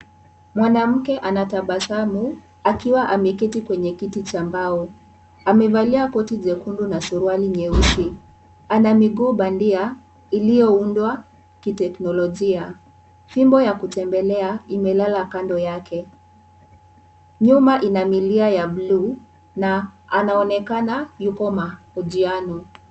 Mwanamke anatabasamu akiwa ameketi kwenye kiti cha mbao. Amevalia koti jekundu na suruali nyeusi. Ana miguu bandia iliyoundwa kiteknolojia, fimbo ya kutembelea imelala kando yake. Nyuma ina milia ya bluu na anaonekana yuko mahojiano.